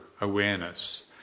awareness